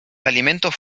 alimentos